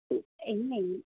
એમ નહીં